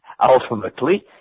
ultimately